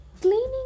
cleaning